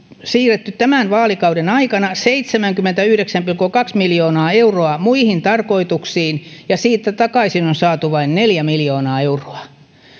siirretty tämän vaalikauden aikana seitsemänkymmentäyhdeksän pilkku kaksi miljoonaa euroa muihin tarkoituksiin ja siitä takaisin on saatu vain neljä miljoonaa euroa